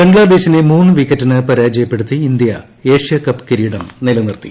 ബംഗ്ലാദേശിനെ മൂന്ന് വിക്കറ്റിന് പരാജയപ്പെടുത്തി ഇന്ത്യ ഏഷ്യാകപ്പ് കിരീടം നിലനിർത്തി